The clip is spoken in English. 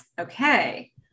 Okay